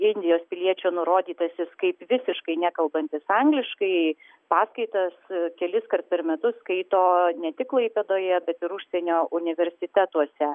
indijos piliečio nurodytasis kaip visiškai nekalbantis angliškai paskaitas keliskart per metus skaito ne tik klaipėdoje bet ir užsienio universitetuose